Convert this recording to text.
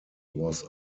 was